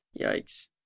Yikes